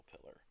pillar